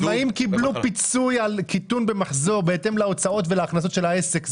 העצמאים קיבלו פיצוי על קיטון במחזור בהתאם להוצאות ולהכנסות של העסק,